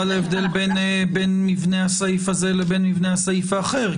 להבדל בין מבנה הסעיף הזה לבין מבנה הסעיף האחר.